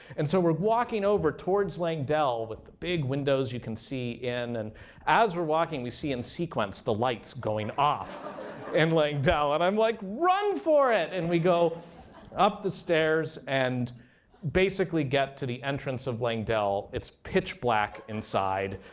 and so we're walking over towards langdell with the big windows. you can see in. and as we're walking, we see in sequence the lights going off at um langdell, and i'm like, run for it. and we go up the stairs and basically get to the entrance of langdell. it's pitch black inside,